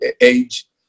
age